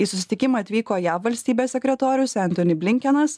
į susitikimą atvyko jav valstybės sekretorius entoni blinkenas